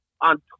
on